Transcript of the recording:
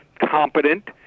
competent